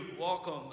Welcome